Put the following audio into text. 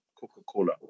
Coca-Cola